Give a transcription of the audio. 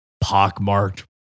pockmarked